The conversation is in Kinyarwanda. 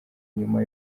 nyuma